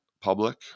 public